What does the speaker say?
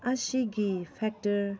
ꯑꯁꯤꯒꯤ ꯐꯦꯛꯇꯔ